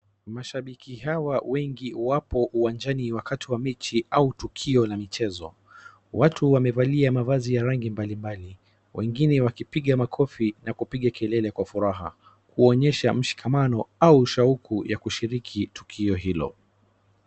Mashabiki hawa wengi wapo uwanjani wakati wa mechi au tukio la michezo, watu wamevalia mavazi ya rangi mbalimbali wengine wakipiga makofi na kupiga kelele kwa furaha kuonyesha mshikamano au shauku ya kushiriki tukio hilo.